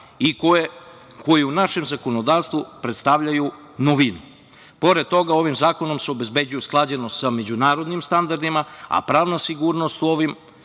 i koji u našem zakonodavstvu prestavljaju novinu. Pored toga, ovim zakonom se obezbeđuje usklađenost sa međunarodnim standardima, a pravna sigurnost u ovoj